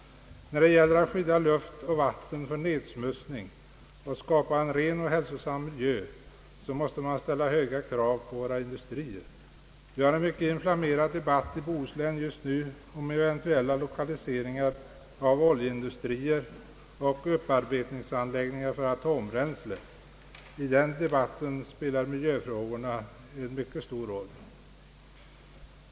När det gäller att skydda luft och vatten för nedsmutsning och skapa en ren och hälsosam miljö, måste man ställa höga krav på våra industrier. Vi har just nu en mycket inflammerad debatt i Bohuslän om eventuella lokaliseringar av oljeindustrier och upparbetningsanläggningar för atombränsle. I den debatten spelar miljöfrågorna en mycket stor roll.